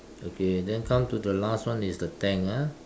okay then come to the last one is the tank ah